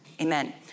Amen